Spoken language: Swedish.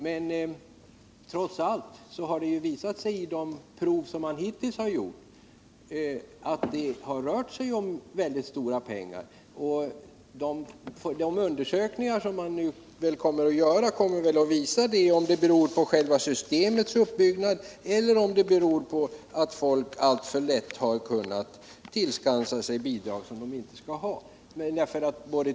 Men trots allt har det visat sig vid de kontroller som man hittills har gjort att det rört sig om mycket stora pengar — och de undersökningar som skall göras kommer troligen att visa om beloppens storlek beror på själva systemets uppbyggnad eller på att folk alltför lätt kunnat tillskansa sig bidrag som de inte skall ha.